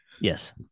Yes